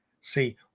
See